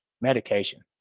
Medication